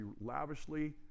lavishly